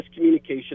miscommunication